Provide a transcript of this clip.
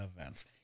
events